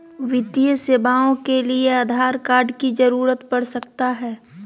वित्तीय सेवाओं के लिए आधार कार्ड की जरूरत पड़ सकता है?